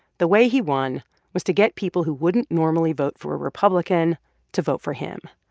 the way he won was to get people who wouldn't normally vote for a republican to vote for him.